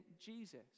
Jesus